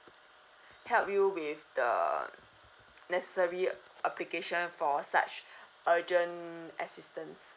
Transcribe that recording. help you with the necessary application for such urgent assistance